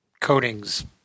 coatings